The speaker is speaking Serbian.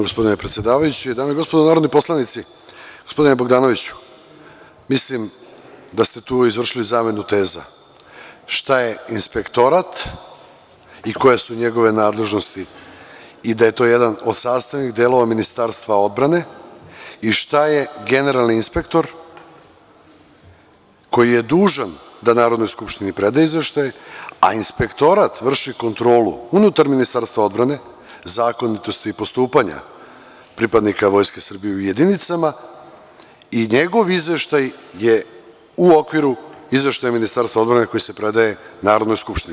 Gospodine predsedavajući, dame i gospodo narodni poslanici, gospodine Bogdanoviću, mislim da ste tu izvršili zamenu teza šta je inspektorat i koje su njegove nadležnosti i da je to jedan od sastavnih delova Ministarstva odbrane i šta je generalni inspektor koji je dužan da Narodnoj skupštini predaje izveštaj, a inspektorat vrši kontrolu unutar Ministarstva odbrane zakonitosti i postupanja pripadnika Vojske Srbije u jedinicama i njegov izveštaj je u okviru Ministarstva odbrane koji se predaje Narodnoj skupštini.